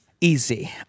Easy